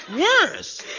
Worse